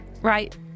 right